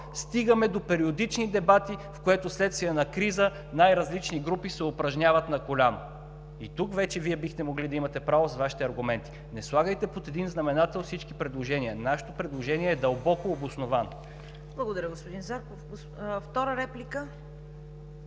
стигаме до периодични дебати, в които вследствие на криза най-различни групи се упражняват на коляно. Тук вече Вие бихте могли да имате право с Вашите аргументи. Не слагайте под един знаменател всички предложения. Нашето предложение е дълбоко обосновано. ПРЕДСЕДАТЕЛ ЦВЕТА